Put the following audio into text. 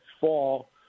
fall